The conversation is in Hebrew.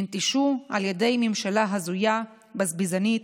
ננטשו על ידי ממשלה הזויה, בזבזנית,